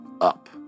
up